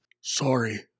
Sorry